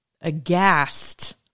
aghast